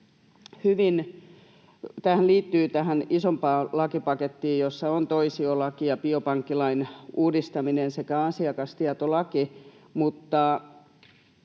Tämähän liittyy tähän isompaan lakipakettiin, jossa on toisiolaki ja biopankkilain uudistaminen sekä asiakastietolaki,